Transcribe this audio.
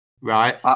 right